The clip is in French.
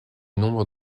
nombre